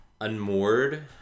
unmoored